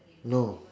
no